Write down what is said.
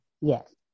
Yes